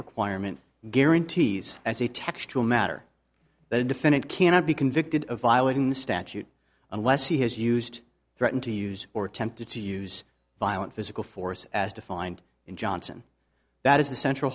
requirement guarantees as a textual matter that a defendant cannot be convicted of violating the statute unless he has used threatened to use or attempted to use violent physical force as defined in johnson that is the central